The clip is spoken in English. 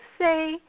say